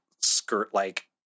skirt-like